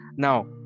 Now